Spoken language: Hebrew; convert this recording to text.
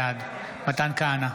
בעד מתן כהנא,